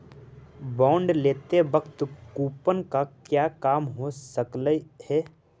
bond लेते वक्त coupon का क्या काम हो सकलई हे